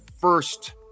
first